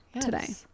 today